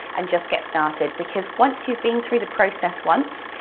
and just get started because once you've been through the process once,